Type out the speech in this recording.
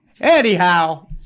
Anyhow